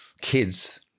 kids